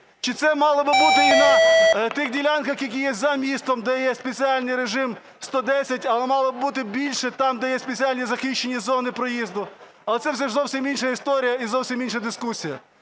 Чи це мало би бути і на тих ділянках, які є за містом, де є спеціальний режим 110, але мало б бути більше, там, де є спеціальні захищені зони проїзду? Але це все зовсім інша історія і зовсім інша дискусія.